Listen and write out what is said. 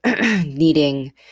needing